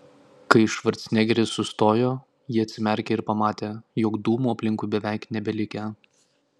kai švarcnegeris sustojo ji atsimerkė ir pamatė jog dūmų aplinkui beveik nebelikę